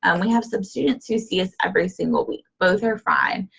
and we have some students who see us every single week. both are fine.